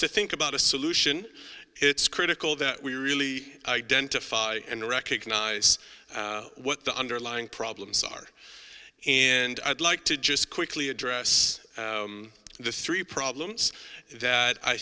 to think about a solution it's critical that we really identify and recognize what the underlying problems are and i'd like to just quickly address the three problems that i